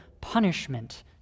punishment